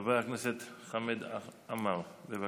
חבר הכנסת חמד עמאר, בבקשה.